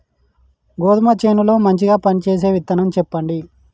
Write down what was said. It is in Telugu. గోధుమ చేను లో మంచిగా పనిచేసే విత్తనం చెప్పండి?